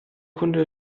kunde